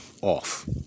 off